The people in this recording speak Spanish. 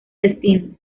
destino